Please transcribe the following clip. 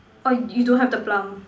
orh you don't have the plum